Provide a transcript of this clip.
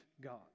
God